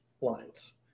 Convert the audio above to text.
lines